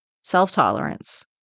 self-tolerance